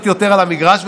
להיות יותר על המגרש,